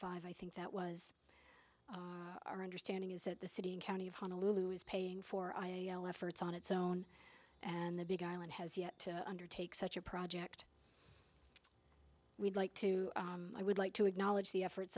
five i think that was our understanding is that the city and county of honolulu is paying for i a l efforts on its own and the big island has yet to undertake such a project we'd like to i would like to acknowledge the efforts